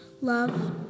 Love